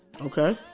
Okay